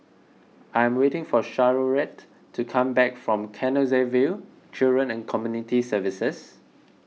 I am waiting for Charolette to come back from Canossaville Children and Community Services